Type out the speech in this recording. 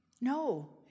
No